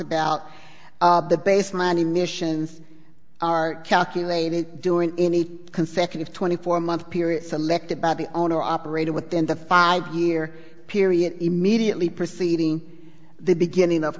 about the basement emissions are calculated doing any consecutive twenty four month period selected by the owner operator with then the five year period immediately preceding the beginning of